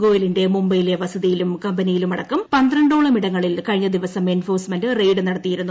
ഗോയലിന്റെ മുംബൈയിലെ വസതിയിലും കമ്പനിയിലുമടക്കം പന്ത്രണ്ടോളം ഇടങ്ങളിൽ കഴിഞ്ഞ ദിവസം എൻഫോഴ്സ്മെന്റ് റെയ്ഡ് നടത്തിയിരുന്നു